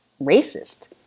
racist